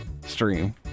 stream